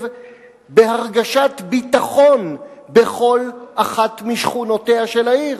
בהרגשת ביטחון בכל אחת משכונותיה של העיר.